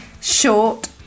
short